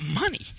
money